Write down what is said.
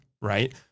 right